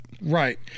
Right